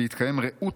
בהתקיים רעות,